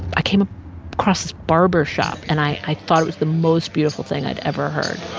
i came across this barber shop, and i thought it was the most beautiful thing i'd ever heard